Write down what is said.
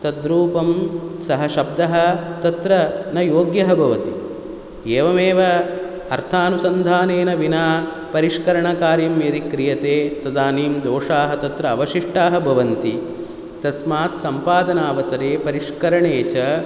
तद्रूपं सः शब्दः तत्र न योग्यः भवति एवमेव अर्थानुसन्धानेन विना परिष्करणकार्यं यदि क्रियते तदानीं दोषाः तत्र अवशिष्टाः भवन्ति तस्मात् सम्पादनावसरे परिष्करणे च